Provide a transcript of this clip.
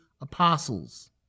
apostles